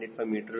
185 metre